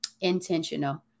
intentional